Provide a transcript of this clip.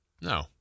No